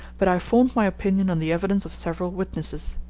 but i formed my opinion on the evidence of several witnesses.